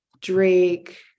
Drake